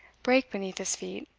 break beneath his feet,